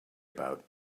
about